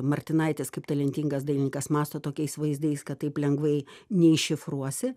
martinaitis kaip talentingas dainininkas mąsto tokiais vaizdais kad taip lengvai neiššifruosi